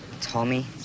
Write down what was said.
Tommy